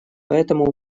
поэтому